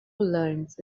learns